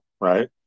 right